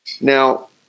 Now